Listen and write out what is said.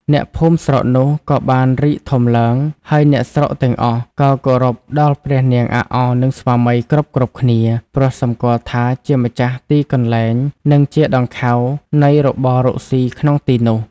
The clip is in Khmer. អ្នកភូមិស្រុកនោះ ក៏បានរីកធំឡើង ហើយអ្នកស្រុកទាំងអស់ ក៏គោរពដល់ព្រះនាងអាក់អ និង ស្វាមីគ្រប់ៗគ្នា ព្រោះសំគាល់ថាជាម្ចាស់ទីកន្លែង និង ជាដង្ខៅនៃរបររកស៊ីក្នុងទីនោះ ។